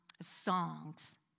songs